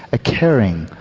a caring,